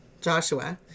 Joshua